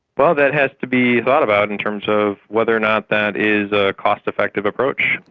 well, that has to be thought about in terms of whether or not that is a cost-effective approach.